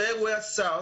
אחרי אירועי ה-SARS,